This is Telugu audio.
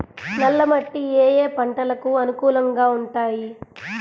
నల్ల మట్టి ఏ ఏ పంటలకు అనుకూలంగా ఉంటాయి?